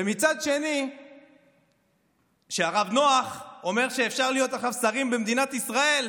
ומצד שני שהרב נוח אומר שאפשר להיות עכשיו שרים במדינת ישראל,